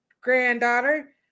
granddaughter